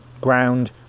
ground